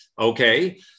okay